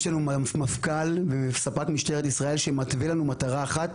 יש לנו מפכ"ל וספ"כ משטרת ישראל שמתווה לנו מטרה אחת,